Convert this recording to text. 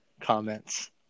comments